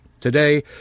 Today